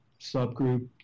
subgroup